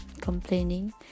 complaining